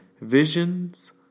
Visions